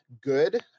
good